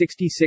66